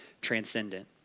transcendent